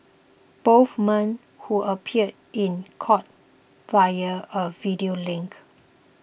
both men who appeared in court via a video link